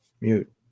Mute